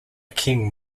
king